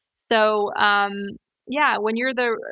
so um yeah, when you're the